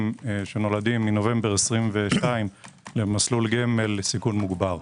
שנולדים מנובמבר 22' למסלול גמל לסיכון מוגבר.